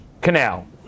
canal